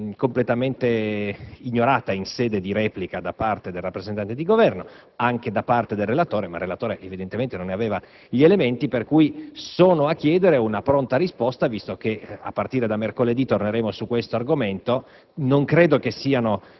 la richiesta è stata completamente ignorata in sede di replica da parte del rappresentante del Governo e anche da parte del relatore, ma questi evidentemente non ne aveva gli elementi, sono a chiedere una pronta risposta, considerato che a partire da mercoledì torneremo su tale argomento.